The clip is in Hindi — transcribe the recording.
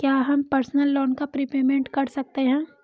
क्या हम पर्सनल लोन का प्रीपेमेंट कर सकते हैं?